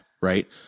Right